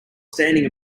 standing